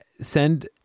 send